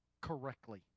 correctly